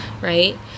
right